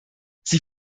sie